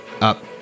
up